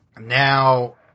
now